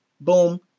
Boom